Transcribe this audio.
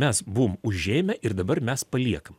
mes buvom užėmę ir dabar mes paliekam